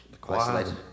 quiet